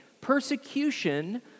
persecution